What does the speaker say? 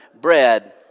bread